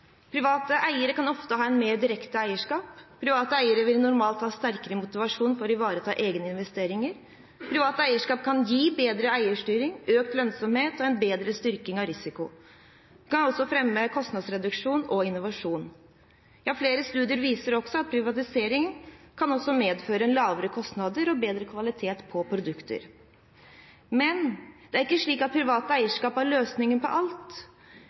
Private eiere kan ofte ha et mer direkte eierskap. Private eiere vil normalt ha sterkere motivasjon for å ivareta egne investeringer. Privat eierskap kan gi bedre eierstyring, økt lønnsomhet og en bedre styrking av risiko. Dette kan også fremme kostnadsreduksjon og innovasjon. Flere studier viser at privatisering også kan medføre lavere kostnader og bedre kvalitet på produkter. Men det er ikke slik at privat eierskap er løsningen på alt.